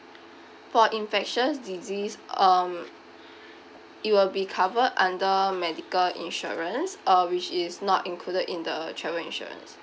for infectious disease um it will be covered under medical insurance uh which is not included in the travel insurance